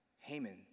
Haman